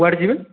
କୁଆଡ଼େ ଯିବେ